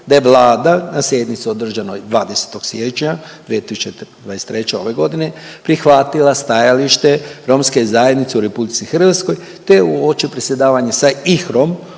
da je Vlada na sjednici održanoj 20. siječnja 2023. ove godine prihvatila stajalište Romske zajednice u Republici Hrvatskoj, te uoči predsjedavanja sa IHRA-om